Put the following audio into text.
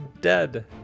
dead